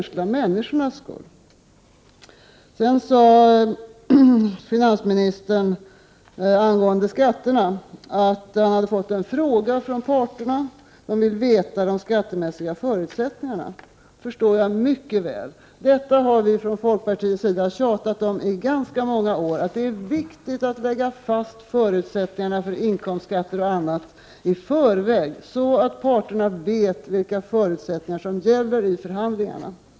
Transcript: Sedan sade finansministern angående skatterna att han hade fått en fråga från parterna, som ville få vetskap om det skattemässiga förutsättningarna. Det förstår jag mycket väl. Det har vi från folkpartiet tjatat om under ganska många år. Det är enligt vår mening viktigt att lägga fast förutsättningarna för inkomstskatter och annat i förväg så att parterna vet vilka förutsättningar som gäller i förhandlingarna.